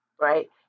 right